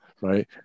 right